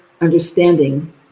understanding